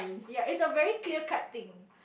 ya it's a very clear cut thing